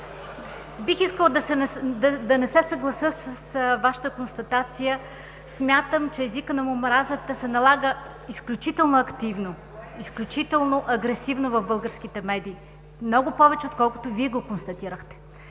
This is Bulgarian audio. бих искала да не се съглася с Вашата констатация. Смятам, че езикът на омразата се налага изключително активно, изключително агресивно в българските медии, много повече, отколкото Вие го констатирахте.